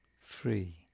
free